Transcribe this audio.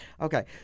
Okay